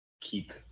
keep